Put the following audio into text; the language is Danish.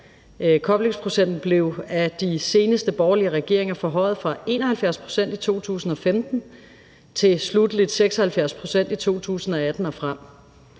Koblingsprocenten blev af de seneste borgerlige regeringer forhøjet fra 71 pct. i 2015 til sluttelig 76 pct. i 2018 og frem.